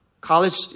College